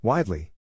Widely